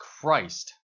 Christ